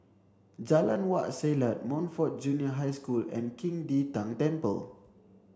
Jalan Wak Selat Montfort Junior School and Qing De Tang Temple